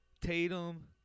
Tatum